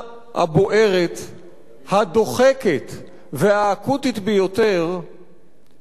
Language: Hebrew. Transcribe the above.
הדוחקת והאקוטית ביותר איננה הגרעין האירני,